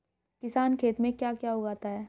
किसान खेत में क्या क्या उगाता है?